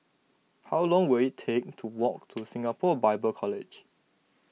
how long will it take to walk to Singapore Bible College